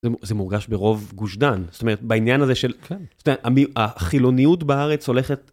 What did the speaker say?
זה מורגש ברוב גושדן, זאת אומרת, בעניין הזה של... - כן. זאת אומרת, החילוניות בארץ הולכת...